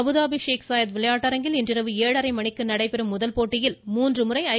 Abu Dhabi Sheikh Zayed விளையாட்டரங்கில் இன்றிரவு ஏழரை மணிக்கு நடைபெறும் போட்டியில் மூன்று முறை ஐ